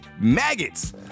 maggots